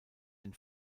den